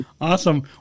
Awesome